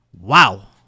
Wow